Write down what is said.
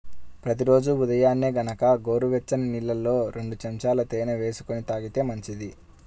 ప్రతి రోజూ ఉదయాన్నే గనక గోరువెచ్చని నీళ్ళల్లో రెండు చెంచాల తేనె వేసుకొని తాగితే మంచిది